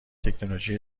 تکنولوژی